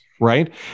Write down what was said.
right